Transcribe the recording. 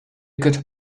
could